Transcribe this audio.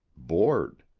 bored.